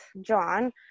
John